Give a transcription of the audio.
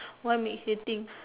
what makes you think